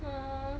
mm